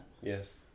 Yes